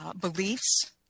beliefs